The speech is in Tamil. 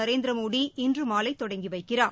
நரேந்திரமோடி இன்று மாலை தொடங்கி வைக்கிறார்